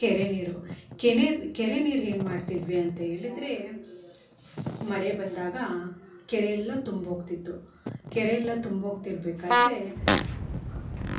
ಕೆರೆ ನೀರು ಕೆನೆ ಕೆರೆ ನೀರು ಏನ್ಮಾಡ್ತಿದ್ವಿ ಅಂತ ಹೇಳಿದರೆ ಮಳೆ ಬಂದಾಗ ಕೆರೆ ಎಲ್ಲ ತುಂಬಿ ಹೋಗ್ತಿತ್ತು ಕೆರೆ ಎಲ್ಲ ತುಂಬಿ ಹೋಗ್ತಿರ್ಬೇಕಾದ್ರೆ